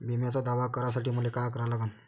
बिम्याचा दावा करा साठी मले का करा लागन?